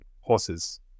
horses